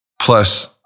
plus